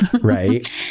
Right